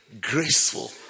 graceful